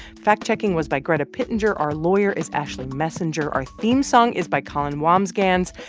fact-checking was by greta pittenger. our lawyer is ashley messenger. our theme song is by colin wambsgans.